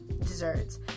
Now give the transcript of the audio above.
desserts